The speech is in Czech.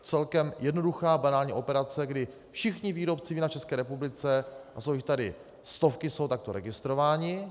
Celkem jednoduchá banální operace, kdy všichni výrobci vína v České republice, a jsou jich tady stovky, jsou takto registrováni.